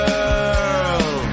Girl